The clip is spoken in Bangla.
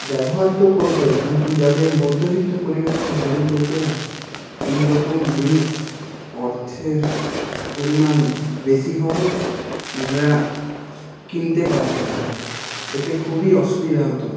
ব্যবহার তো করতো কিন্তু যাদের মধ্যবিত্ত পরিবারের বাড়ির লোকেরা এইরকম জিনিস অর্থের পরিমাণ বেশি হওয়ায় এরা কিনতে পারত না এতে খুবই অসুবিধা হত